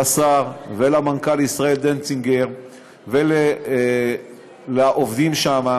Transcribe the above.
לשר, למנכ"ל ישראל דנצינגר ולעובדים שם,